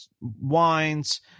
wines